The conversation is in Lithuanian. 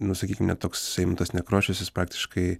nu sakykim net toks eimuntas nekrošius jis praktiškai